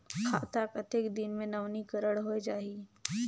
खाता कतेक दिन मे नवीनीकरण होए जाहि??